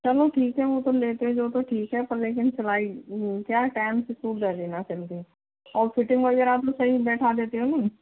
चलो ठीक है वो तो लेते ही वो तो ठीक है पर लेकिन सिलाई क्या है टाइम से सूट दे देना सिल के और फिटिंग वगैरह आप लोग सही बैठा देते हो ना